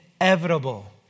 inevitable